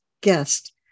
guest